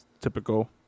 Typical